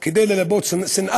כדי ללבות שנאה